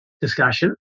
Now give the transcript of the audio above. discussion